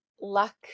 luck